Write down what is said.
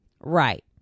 Right